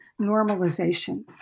normalization